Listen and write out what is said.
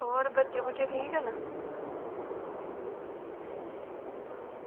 होर बच्चे बुच्चे ठीक न